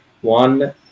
One